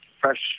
fresh